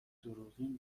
دروغین